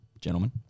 gentlemen